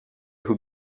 who